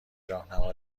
راهنما